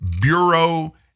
bureau